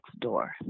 door